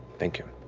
thank you.